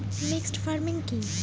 Mixed farming কি?